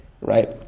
right